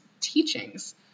teachings